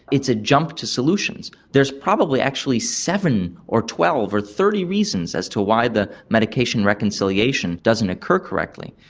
it's a jump to solutions. there is probably actually seven or twelve or thirty reasons as to why the medication reconciliation doesn't occur correctly,